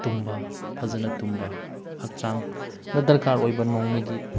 ꯇꯨꯝꯕ ꯐꯖꯅ ꯇꯨꯝꯕ ꯍꯛꯆꯥꯡꯗ ꯗꯔꯀꯥꯔ ꯑꯣꯏꯕ ꯅꯣꯡꯃꯒꯤ